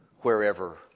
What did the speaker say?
wherever